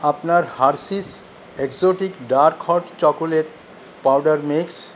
আপনার Hershey's exotic dark hot chocolate powder mix